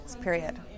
period